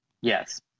Yes